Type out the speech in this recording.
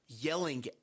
yelling